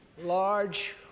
large